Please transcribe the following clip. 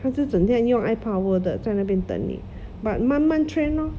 他就整天用 eye power 的在那边等你 but 慢慢 train lor